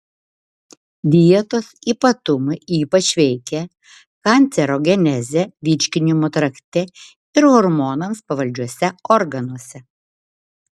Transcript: dietos ypatumai ypač veikia kancerogenezę virškinimo trakte ir hormonams pavaldžiuose organuose